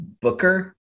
Booker